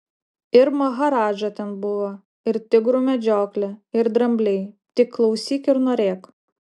ir maharadža ten buvo ir tigrų medžioklė ir drambliai tik klausyk ir norėk